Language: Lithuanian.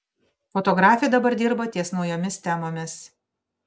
fotografė dabar dirba ties naujomis temomis